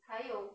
还有